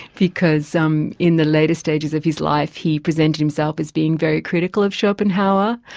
because um in the later stages of his life he presents himself as being very critical of schopenhauer,